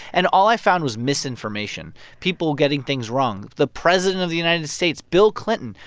and all i found was misinformation, people getting things wrong the president of the united states, bill clinton,